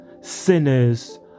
sinners